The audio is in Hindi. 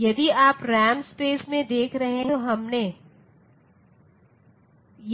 यदि आप रैम स्पेस में देख रहे हैं जो हमने